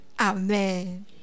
Amen